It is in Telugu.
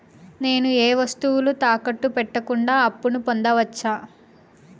నేను ఏ వస్తువులు తాకట్టు పెట్టకుండా అప్పును పొందవచ్చా?